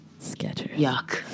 Yuck